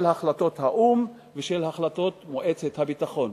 החלטות האו"ם והחלטות מועצת הביטחון.